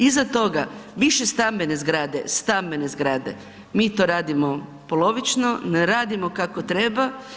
Iza toga višestambene zgrade, stambene zgrade, mi to radimo polovično, ne radimo kako treba.